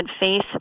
faith